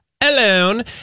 alone